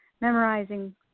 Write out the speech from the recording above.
memorizing